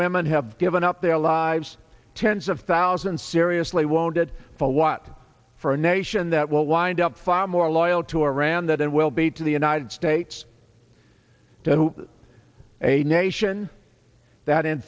women have given up their lives tens of thousands seriously wounded for what for a nation that will wind up far more loyal to iran that it will be to the united states to a nation that in